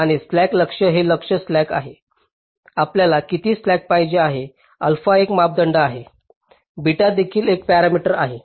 आणि स्लॅक लक्ष्य हे लक्ष्य स्लॅक आहे आपल्याला किती स्लॅक पाहिजे आहे अल्फा एक मापदंड आहे बीटा देखील एक पॅरामीटर आहे